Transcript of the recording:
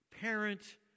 parent